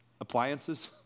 appliances